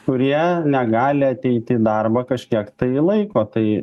kurie negali ateiti į darbą kažkiek tai laiko tai